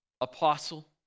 apostle